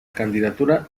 candidatura